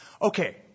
Okay